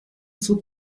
zog